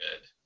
good